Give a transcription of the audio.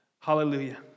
Hallelujah